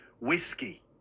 Whiskey